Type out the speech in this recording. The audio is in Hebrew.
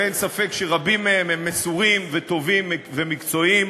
ואין ספק שרבים מהם מסורים וטובים ומקצועיים,